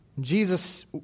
Jesus